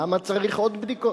למה צריך עוד בדיקות?